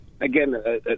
again